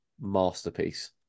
masterpiece